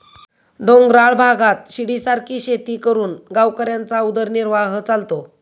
डोंगराळ भागात शिडीसारखी शेती करून गावकऱ्यांचा उदरनिर्वाह चालतो